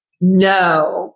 no